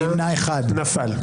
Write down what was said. נפל.